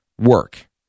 Work